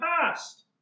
past